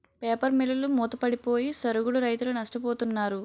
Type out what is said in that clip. paper మిల్లులు మూతపడిపోయి సరుగుడు రైతులు నష్టపోతున్నారు